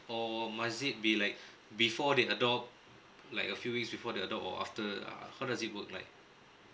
or must it be like before they adopt like a few weeks before the adopt or after uh how does it work like